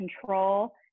control